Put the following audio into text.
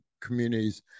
communities